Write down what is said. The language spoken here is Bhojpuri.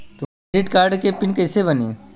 क्रेडिट कार्ड के पिन कैसे बनी?